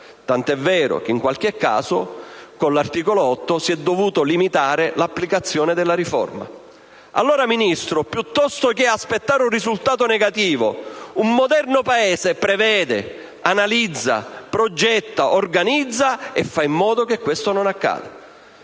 tant'è vero che in qualche caso con l'articolo 8 si è dovuto limitare l'applicazione della riforma. Allora, piuttosto che aspettare un risultato negativo, un moderno Paese prevede, analizza, progetta, organizza e fa in modo che tale